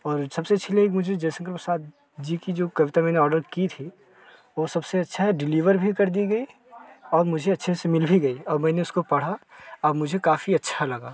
और सबसे अच्छी लगी की मुझे जयशंकर प्रसाद जी की जो कविता मैंने ऑर्डर की थी वो सबसे अच्छा है डिलीवर भी कर दी गई और मुझे अच्छे से मिल भी गई और मैंने उसको पढ़ा अब मुझे काफ़ी अच्छा लगा